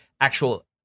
actual